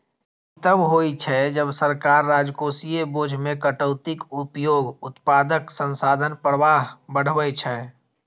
ई तब होइ छै, जब सरकार राजकोषीय बोझ मे कटौतीक उपयोग उत्पादक संसाधन प्रवाह बढ़बै छै